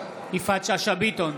יפעת שאשא ביטון,